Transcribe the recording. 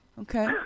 Okay